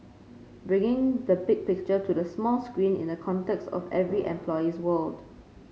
bringing the big picture to the 'small screen' in the context of every employee's world